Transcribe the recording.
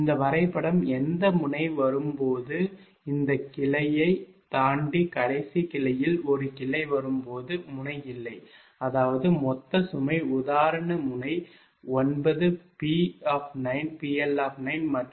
இந்த வரைபடம் எந்த முனை வரும்போதும் இந்த கிளையை தாண்டி கடைசி கிளையில் ஒரு கிளை வரும் போது முனை இல்லை அதாவது மொத்த சுமை உதாரண முனை 9 P PL மற்றும் Q QL